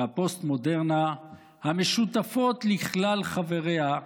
והפוסט-מודרנה המשותפות לכלל חבריה,